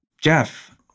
Jeff